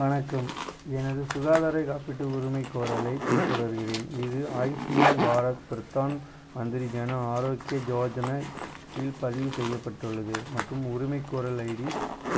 வணக்கம் எனது சுகாதார காப்பீட்டு உரிமைக்கோரலைப் பின்தொடர்கிறேன் இது ஆயுஷ்மான் பாரத் பிரதான் மந்திரி ஜன ஆரோக்ய யோஜன கீழ் பதிவு செய்யப்பட்டுள்ளது மற்றும் உரிமைக்கோரல் ஐடி